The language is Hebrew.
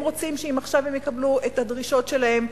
הם רוצים שאם עכשיו הם יקבלו את הדרישות שלהם,